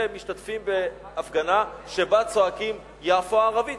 ומשתתפים בהפגנה שבה צועקים: "יפו הערבית".